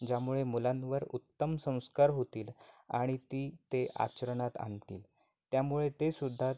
ज्यामुळे मुलांवर उत्तम संस्कार होतील आणि ती ते आचरणात आणतील त्यामुळे ते सुद्धा